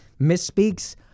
misspeaks